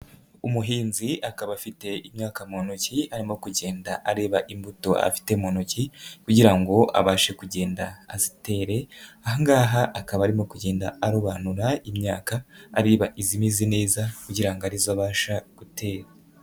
Umuhinzi akaba afite imyaka mu ntoki arimo kugenda areba imbuto afite mu ntoki kugira ngo abashe kugenda azitere, ahangaha akaba arimo kugenda arobanura imya areba izimeze neza kugira ngo arizo abasha gutera.